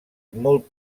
molt